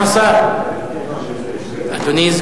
בבקשה, אדוני.